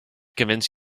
convince